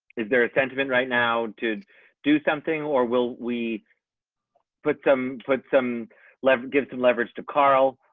is there a sentiment right now to do something, or will we put some put some love give some leverage to carl